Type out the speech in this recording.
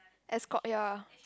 ya